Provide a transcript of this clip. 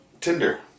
Tinder